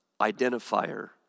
identifier